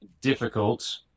difficult